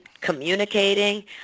communicating